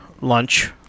lunch